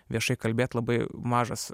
viešai kalbėt labai mažas